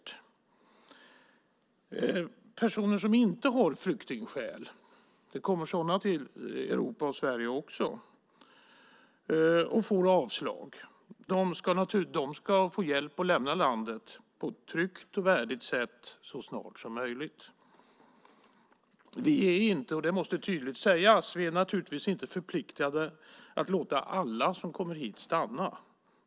Det kommer också personer som inte har flyktingskäl till Sverige och Europa, och de får avslag. De ska få hjälp att lämna landet på ett tryggt och värdigt sätt så snart som möjligt. Det måste tydligt sägas att vi inte är förpliktade att låta alla stanna som kommer hit.